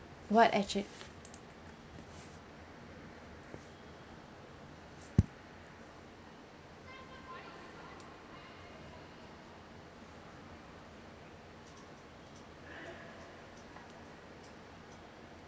what actual~